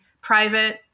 private